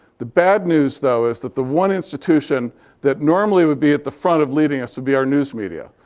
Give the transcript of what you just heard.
the bad news though is that the one institution that normally would be at the front of leading us would be our news media,